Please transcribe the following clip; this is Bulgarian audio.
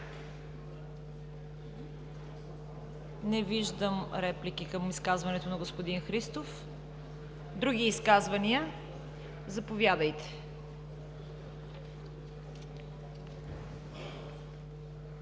Не виждам реплики към изказването на господин Христов. Други изказвания? Заповядайте,